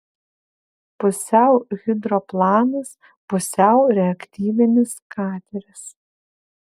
pusiau hidroplanas pusiau reaktyvinis kateris